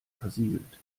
versiegelt